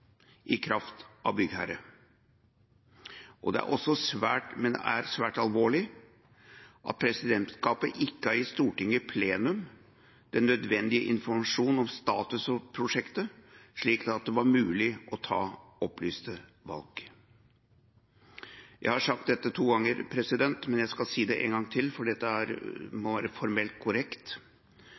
i kraft av å være byggherre, men det er svært alvorlig at presidentskapet ikke har gitt Stortinget i plenum den nødvendige informasjon om status for prosjektet, slik at det var mulig å ta opplyste valg. Jeg har sagt dette to ganger, men jeg skal si det en gang til, for dette må være formelt korrekt: